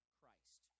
Christ